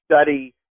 study